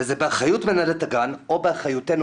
וזה באחריות מנהלת הגן או באחריותנו